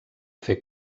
fer